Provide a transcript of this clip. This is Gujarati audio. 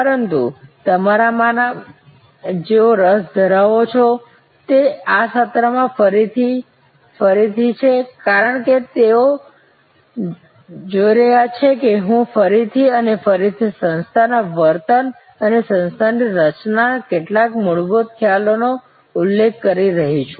પરંતુ તમારામાંના જેઓ રસ ધરાવો છો તે આ સત્રમાં ફરીથી છે કારણ કે તમે જોઈ રહ્યા છો કે હું ફરીથી અને ફરીથી સંસ્થાના વર્તન અને સંસ્થાની રચનાના કેટલાક મૂળભૂત ખ્યાલોનો ઉલ્લેખ કરી રહ્યો છું